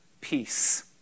peace